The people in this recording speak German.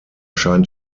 scheint